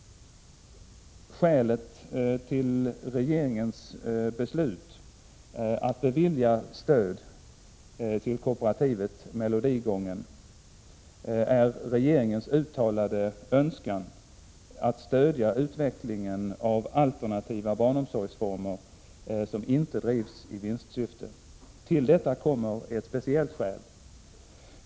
Skälet till regeringens beslut att bevilja stöd till kooperativet Melodigången är regeringens uttalade önskan att stödja utvecklingen av alternativa barnomsorgsformer som inte drivs i vinstsyfte. Till detta kommer ett speciellt skäl.